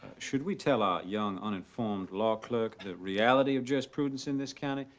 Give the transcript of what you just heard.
should we tell our young, uniformed law clerk the reality of just prudence in this county?